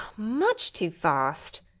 much too fast.